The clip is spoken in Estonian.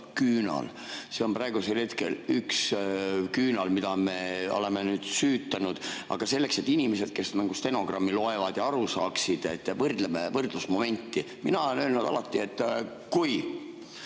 küünal." See on praegusel hetkel üks küünal, mida me oleme nüüd süüdanud. Aga selleks, et inimesed, kes stenogrammi loevad, aru saaksid, võrdleme võrdlusmomenti. Mina olen alati öelnud, et kui